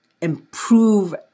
improve